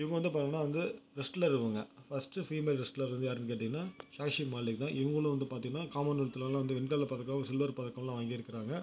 இவங்க வந்து பாத்தம்னா வந்து ரெஸ்ட்லர் இவங்க ஃபர்ஸ்ட்டு ஃபீமேல் ரெஸ்ட்லர் யாருன்னு கேட்டீங்கன்னால் சாக்ஷி மாலிக் தான் இவங்களும் வந்து பார்த்தீங்கன்னா காமன்வெல்த்லலாம் வந்து வெண்கலப் பதக்கம் சில்வர் பதக்கம்லாம் வாங்கியிருக்கிறாங்க